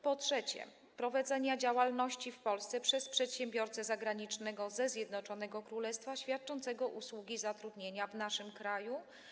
Po trzecie, prowadzenia działalności w Polsce przez przedsiębiorę zagranicznego ze Zjednoczonego Królestwa świadczącego usługi zatrudnienia w naszym kraju.